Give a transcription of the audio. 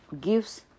gives